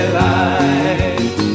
life